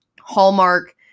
Hallmark